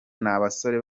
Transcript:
n’abasore